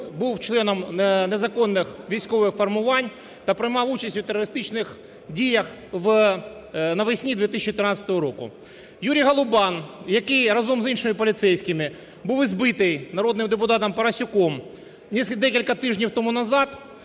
був членом незаконних військових формувань та приймав участь в терористичних діях навесні 2013 року. Юрій Голубан, який разом з іншими поліцейськими був ізбитий народним депутатом Парасюком декілька тижнів тому назад,